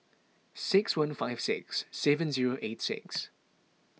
six one five six seven zero eight six